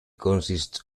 consists